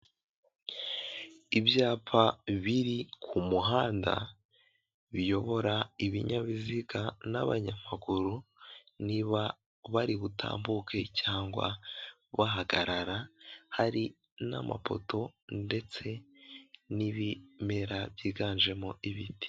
Ibyapa biri ku muhanda biyobora ibinyabiziga n'abanyamaguru niba bari butambuke cyangwa bahagarara, hari n'amapoto ndetse n'ibimera byiganjemo ibiti.